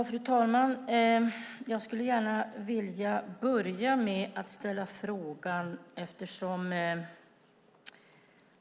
Fru talman!